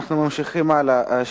אנחנו ממשיכים הלאה.